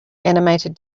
animated